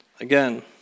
Again